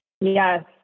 Yes